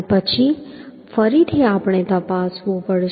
પછી ફરીથી આપણે તપાસવું પડશે